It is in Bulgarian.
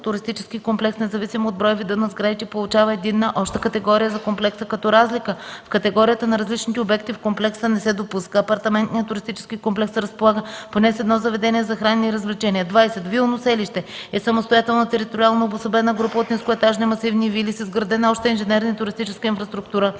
туристически комплекс, независимо от броя и вида на сградите, получава единна, обща категория за комплекса, като разлика в категорията на различните обекти в комплекса не се допуска. Апартаментният туристически комплекс разполага поне с едно заведение за хранене и развлечения. 20. „Вилно селище” е самостоятелна териториално обособена група от нискоетажни масивни вили с изградена обща инженерна и туристическа инфраструктура,